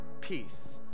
peace